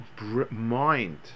mind